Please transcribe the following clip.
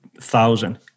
thousand